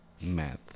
Math